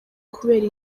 kubera